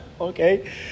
Okay